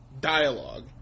dialogue